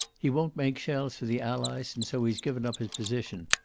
he won't make shells for the allies and so he's given up his position.